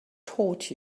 taught